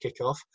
kickoff